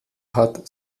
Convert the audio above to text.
hat